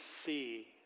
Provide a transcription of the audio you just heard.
see